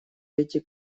эти